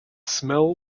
smell